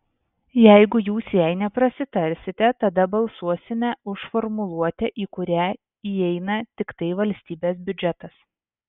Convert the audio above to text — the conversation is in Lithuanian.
jeigu jūs jai nepritarsite tada balsuosime už formuluotę į kurią įeina tiktai valstybės biudžetas